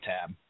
tab